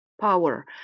power